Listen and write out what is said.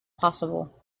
possible